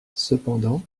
cependant